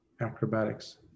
acrobatics